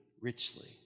richly